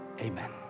Amen